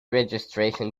registration